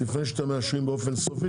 לפני שאתם מאשרים באופן סופי,